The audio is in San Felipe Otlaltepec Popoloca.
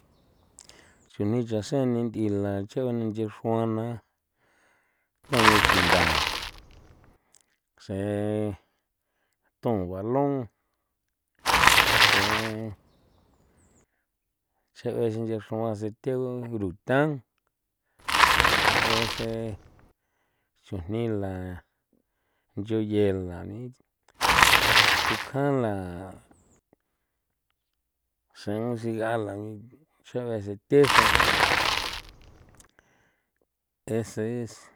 Chuni chasen ninth'ila chubanii nthi xr'uana thagu xinthaa se thun gualun see che'e sinche xr'ua sethe guru than ese chujnila yu yela ni tukjan la sen sigala nii cha'ue se tese ese es.